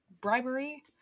bribery